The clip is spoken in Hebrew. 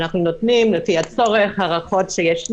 אנחנו נותנים לפי הצורך הארכות כשיש,